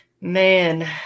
man